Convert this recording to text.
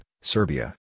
Serbia